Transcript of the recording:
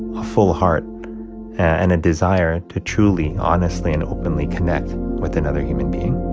a full heart and a desire to truly honestly and openly connect with another human being